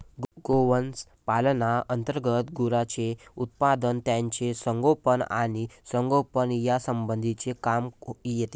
गोवंश पालना अंतर्गत गुरांचे उत्पादन, त्यांचे संगोपन आणि संगोपन यासंबंधीचे काम येते